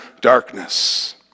darkness